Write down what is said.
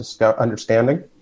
understanding